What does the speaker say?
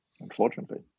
unfortunately